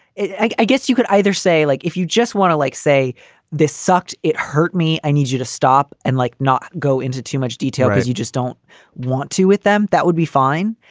like i guess you could either say, like, if you just want to, like, say this sucked. it hurt me. i need you to stop. and like not go into too much detail because you just don't want to with them. that would be fine.